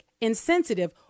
insensitive